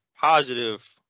positive